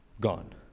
gone